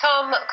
Tom